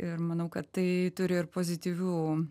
ir manau kad tai turi ir pozityvių